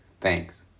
Thanks